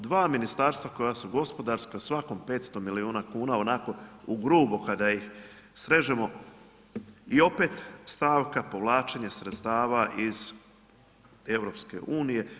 Dva ministarstva koja su gospodarska svakom 500 milijuna kuna onako u grubo kada ih srežemo i opet stavka povlačenje sredstava iz EU.